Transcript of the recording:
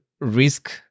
risk